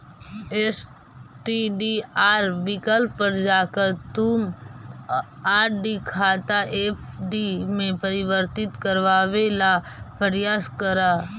STDR विकल्प पर जाकर तुम आर.डी खाता एफ.डी में परिवर्तित करवावे ला प्रायस करा